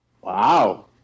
Wow